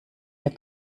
mehr